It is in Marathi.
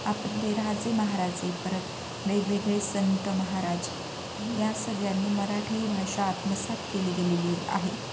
आपले राजे महाराजे परत वेगवेगळे संत महाराज या सगळ्यांनी मराठी भाषा आत्मसात केली गेलेली आहे